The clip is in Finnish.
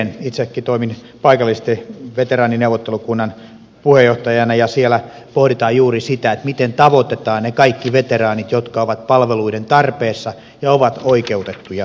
itsekin toimin paikallisesti veteraanineuvottelukunnan puheenjohtajana ja siellä pohditaan juuri sitä miten tavoitetaan ne kaikki veteraanit jotka ovat palveluiden tarpeessa ja oikeutettuja siihen palveluun